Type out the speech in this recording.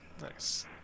Nice